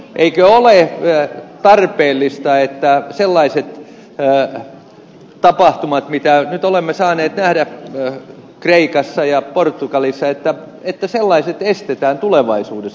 eikö ole tarpeellista että sellaiset tapahtumat mitä nyt olemme saaneet nähdä kreikassa ja portugalissa estetään tulevaisuudessa